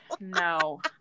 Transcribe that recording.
no